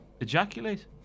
ejaculate